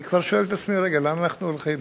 אני כבר שואל את עצמי: רגע, לאן אנחנו הולכים?